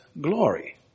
glory